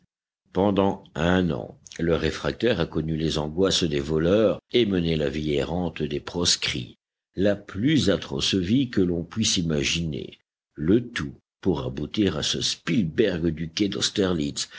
pendant un an le réfractaire a connu les angoisses des voleurs et mené la vie errante des proscrits la plus atroce vie